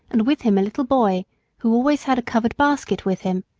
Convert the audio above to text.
and with him a little boy who always had a covered basket with him.